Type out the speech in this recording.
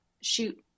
shoot